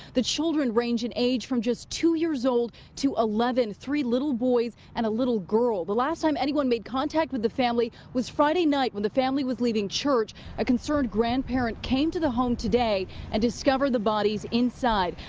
the children range in age from two years old to eleven, three little boys and a little girl. the last time anyone made contact with the family was friday night when the family was leaving church. a concerned grandparent came to the home today and discovered the bodies inside.